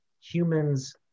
humans